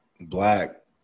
Black